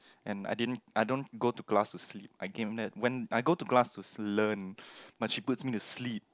and I didn't I don't go to class to sleep I came it when I go to class to learn but she put me in the sleep